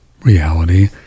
reality